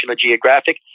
Geographic